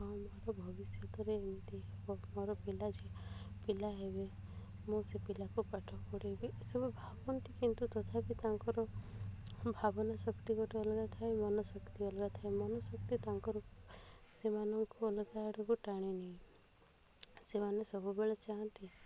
ହଁ ମୋର ଭବିଷ୍ୟତରେ ଏମିତି ହେବ ମୋର ପିଲା ପିଲା ହେବେ ମୁଁ ସେ ପିଲାକୁ ପାଠ ପଢାଇବି ଏସବୁ ଭାବନ୍ତି କିନ୍ତୁ ତଥାପି ତାଙ୍କର ଭାବନା ଶକ୍ତି ଗୋଟେ ଅଲଗା ଥାଏ ମନଶକ୍ତି ଅଲଗା ଥାଏ ମନ ଶକ୍ତି ତାଙ୍କର ସେମାନଙ୍କୁ ଅଲଗା ଆଡ଼କୁ ଟାଣେନି ସେମାନେ ସବୁବେଳେ ଚାହାନ୍ତି